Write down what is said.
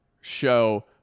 show